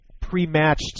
pre-matched